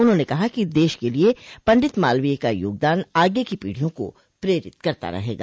उन्होंने कहा कि देश के लिए पंडित मालवीय का योगदान आगे की पीढियों को प्रेरित करता रहेगा